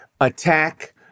attack